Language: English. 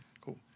cool